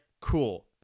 cool